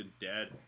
dead